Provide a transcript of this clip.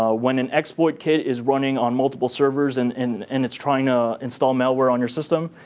ah when an exploit kit is running on multiple servers and and and it's trying to install malware on your system,